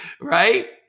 right